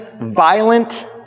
violent